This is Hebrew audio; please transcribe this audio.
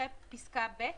אחרי פסקה (ב)